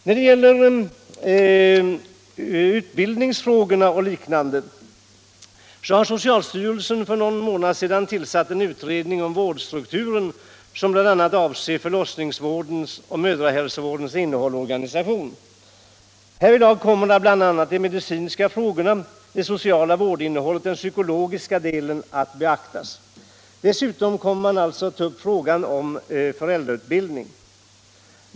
När det gäller utbildningsfrågorna och liknande har socialstyrelsen för någon månad sedan tillsatt en utredning om vårdstrukturen, vilken utredning skall behandla bl.a. förlossningsvårdens och mödrahälsovårdens innehåll och organisation. Härvidlag kommer bl.a. medicinska frågor, det sociala vårdinnehållet och den psykologiska delen att beaktas. Dessutom kommer man alltså att ta upp frågan om föräldrautbildning.